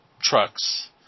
trucks